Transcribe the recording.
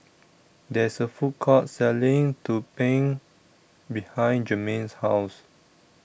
There IS A Food Court Selling Tumpeng behind Germaine's House